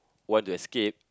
want to escape